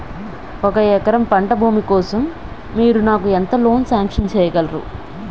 ఒక ఎకరం పంట భూమి కోసం మీరు నాకు ఎంత లోన్ సాంక్షన్ చేయగలరు?